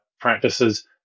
practices